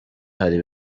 hari